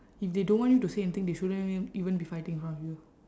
if they don't want you to say anything they shouldn't even be fighting in front of you